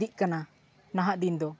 ᱤᱫᱤᱜ ᱠᱟᱱᱟ ᱱᱟᱦᱟᱜ ᱫᱤᱱ ᱫᱚ